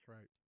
Right